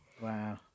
Wow